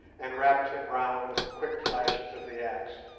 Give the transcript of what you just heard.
and wrapped him round with the quick flashes of the axe.